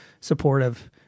supportive